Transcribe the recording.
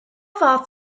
fath